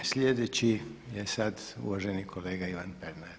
Sljedeći je sad uvaženi kolega Ivan Pernar.